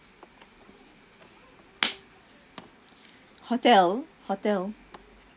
hotel hotel